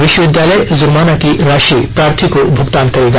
विश्वविद्यालय जुर्माना की राशि प्रार्थी को भुगतान करेगा